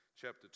chapter